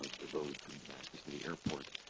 but the the road from damascus to the airport,